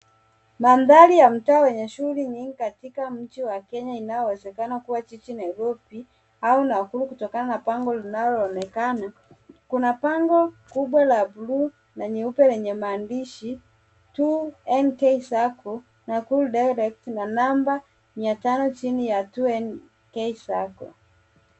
Mandhari ya mtaa wenye shughuli nyingi katika mji wa Kenya unaowezekana kuwa jiji Nairobi au Nakuru kutokana na bango linaloonekana. Kuna bango kubwa la bluu na nyeupe lenye maandishi,2NK sacco, Nakuru direct na namba mia tano juu ya two NK sacco.